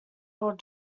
old